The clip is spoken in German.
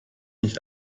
nicht